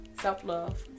Self-love